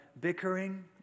bickering